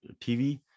TV